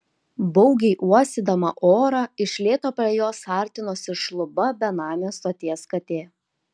baugiai uostydama orą iš lėto prie jos artinosi šluba benamė stoties katė